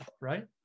right